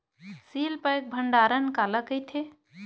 Seal pack भंडारण काला कइथे?